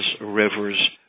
rivers